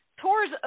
Tour's